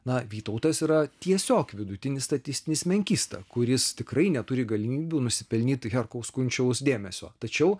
na vytautas yra tiesiog vidutinis statistinis menkysta kuris tikrai neturi galimybių nusipelnyti herkaus kunčiaus dėmesio tačiau